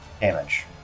damage